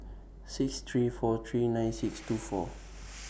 six three four three nine six two six